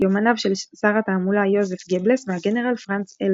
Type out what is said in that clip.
יומניו של שר התעמולה יוזף גבלס והגנרל פרנץ הלדר.